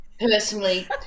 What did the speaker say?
personally